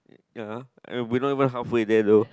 ya we not even halfway there though